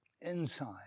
inside